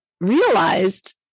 realized